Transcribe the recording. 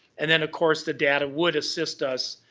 and then, of course, the data would assist us